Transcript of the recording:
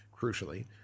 crucially